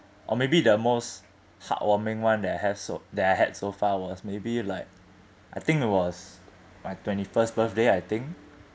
or maybe the most heartwarming one that I have so that I had so far was maybe like I think it was my twenty first birthday I think